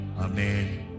Amen